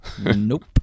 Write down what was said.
Nope